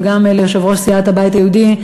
וגם ליושב-ראש סיעת הבית היהודי,